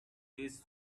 taste